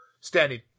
standing